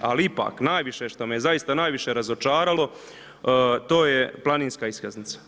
Ali ipak najviše, što me zaista najviše razočaralo to je planinska iskaznica.